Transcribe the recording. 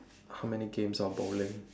how many games of bowling